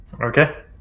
Okay